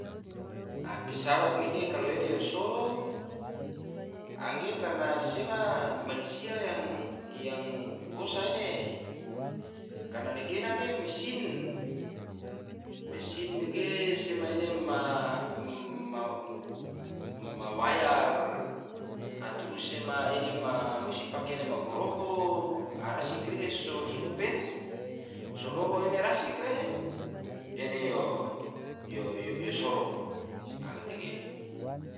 Pesawat nege kalo ene o soro, angge karna sema mansia yang gosa ene, karna negena ge mesin, mesin nege sema ena ma wayar, a trus sema ene pake ene ma goroho, trus so hidup ene, so loho ene rasi ene yo soro. a gatege